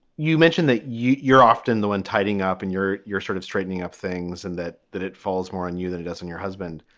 you mentioned that you're often the one tidying up in your you're sort of straightening up things and that that it falls more on you than it does on your husband.